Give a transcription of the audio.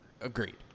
agreed